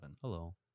Hello